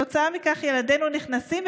וכתוצאה מכך ילדנו נכנסים,